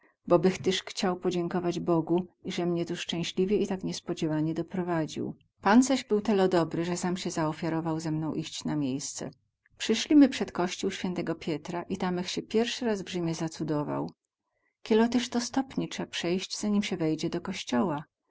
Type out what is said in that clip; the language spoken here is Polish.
bych tyz chciał podziękować bogu ize mnie tu scęśliwie i tak niespodziewanie doprowadził pan zaś był telo dobry ze sam sie ohfiarował ze mną iść na miejsce przyszlimy przed kościół świętego pietra i tamech sie piersy raz w rzymie zacudował kielo tyz to stopni trza przejść zanim sie wejdzie do kościoła